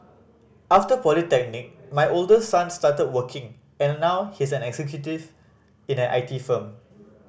after polytechnic my oldest son started working and now he's an executive in an I T firm